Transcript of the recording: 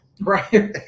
Right